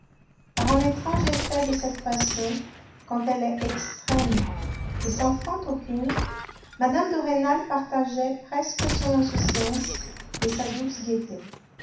par un étrange effet de cette passion quand elle est extrême et sans feinte aucune mme de rênal partageait presque son insouciance et sa douce gaieté